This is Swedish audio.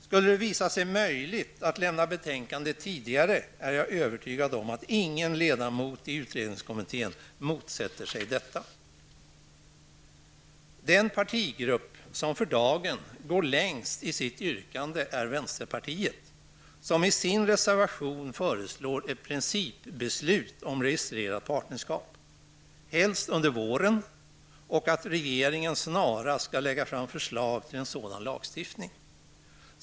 Skulle det visa sig möjligt att lämna betänkandet tidigare är jag övertygad om att ingen ledamot i utredningskommittén motsätter sig detta. Den partigrupp som för dagen går längst vad gäller yrkanden är vänsterpartiet, som i en reservation föreslår ett principbeslut om registrerat partnerskap, helst under våren. Vidare vill man att regeringen snarast skall lägga fram förslag till en sådan lagstiftning.